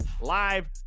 live